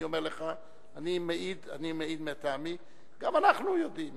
אני מעיד, מטעמי, גם אנחנו יודעים